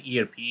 ERP